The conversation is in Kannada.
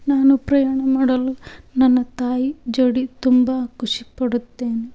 ನಾನು ಪ್ರಯಾಣ ಮಾಡಲು ನನ್ನ ತಾಯಿ ಜೋಡಿ ತುಂಬ ಖುಷಿಪಡುತ್ತೇನೆ